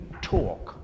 talk